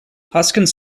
hoskins